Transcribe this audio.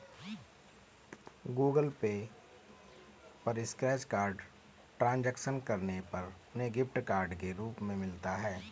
Google Pay पर scratch card transaction करने पर उन्हें गिफ्ट कार्ड के रूप में मिलता है